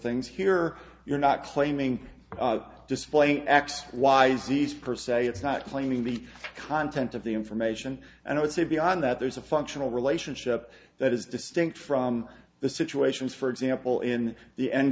things here you're not claiming displaying x y z xp or say it's not claiming the content of the information and i would say beyond that there's a functional relationship that is distinct from the situations for example in the end